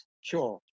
Sure